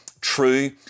true